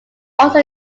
also